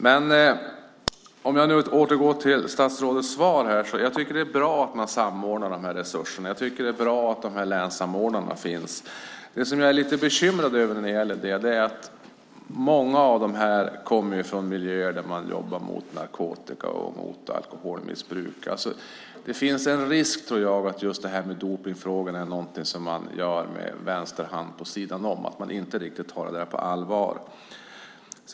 För att återgå till statsrådets svar tycker jag att det är bra att man samordnar resurserna, och jag tycker att det är bra att länssamordnarna finns. Det jag är lite bekymrad över när det gäller detta är att många av dem kommer från miljöer där man jobbar mot narkotika och mot alkoholmissbruk. Jag tror alltså att det finns en risk att just dopningsfrågorna är något man gör med vänsterhanden, vid sidan om och inte riktigt tar på allvar.